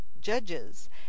judges